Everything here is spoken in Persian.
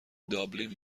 دابلین